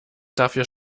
dafür